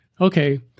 okay